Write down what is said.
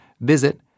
visit